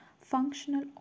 functional